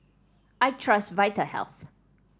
I trust Vitahealth